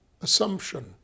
assumption